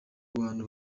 bantu